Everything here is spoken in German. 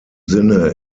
sinne